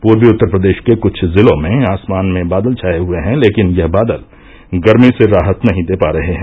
पूर्वी उत्तर प्रदेश के कुछ जिलों में आसमान में बादल छाये हुये हैं लेकिन यह बादल गर्मी से राहत नही दे पा रहे हैं